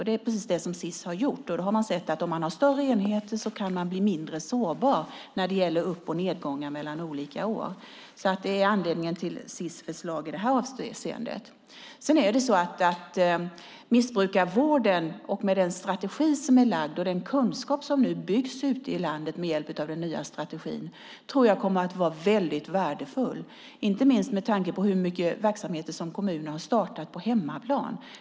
Det är precis det Sis har gjort, och då har man sett att man om man har större enheter kan bli mindre sårbar när det gäller upp och nedgångar mellan olika år. Det är alltså anledningen till Sis förslag i detta avseende. Missbrukarvården med den strategi som är lagd och den kunskap som byggs ute i landet med hjälp av denna nya strategi tror jag kommer att vara väldigt värdefull inte minst med tanke på hur mycket verksamheter kommunerna har startat på hemmaplan.